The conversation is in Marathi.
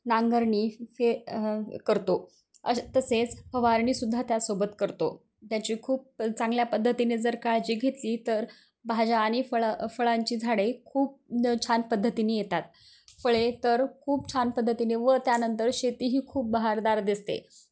नांगरणी फे अ करतो अश तसेच फवारणीसुद्धा त्यासोबत करतो त्याची खूप चांगल्या पद्धतीने जर काळजी घेतली तर भाज्या आणि फळ फळांची झाडे खूप छान पद्धतीनी येतात फळे तर खूप छान पद्धतीने व त्यानंतर शेतीही खूप बहारदार दिसते